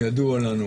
הידוע לנו?